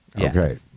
Okay